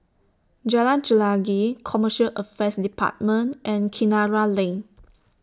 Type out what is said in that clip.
Jalan Chelagi Commercial Affairs department and Kinara Lane